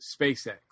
SpaceX